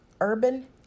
Urban